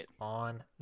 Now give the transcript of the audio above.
on